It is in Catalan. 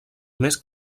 més